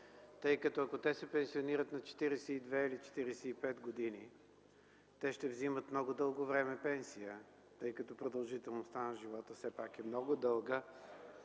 въпрос. Ако те се пенсионират на 42 или 45 години, ще вземат много дълго време пенсия, тъй като продължителността на живота все пак е много дълга.